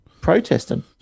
protesting